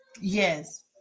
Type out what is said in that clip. yes